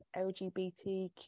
LGBTQ